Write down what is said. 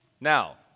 Now